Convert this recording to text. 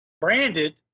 branded